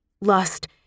lust